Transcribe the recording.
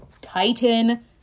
Titan